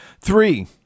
Three